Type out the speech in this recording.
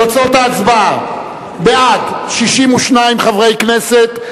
תוצאות ההצבעה: בעד 62 חברי הכנסת,